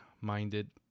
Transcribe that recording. minded